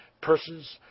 persons